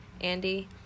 andy